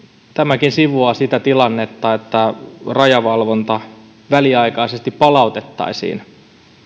tämäkin sivuaa sitä tilannetta että rajavalvonta väliaikaisesti palautettaisiin